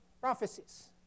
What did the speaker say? prophecies